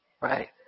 right